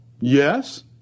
Yes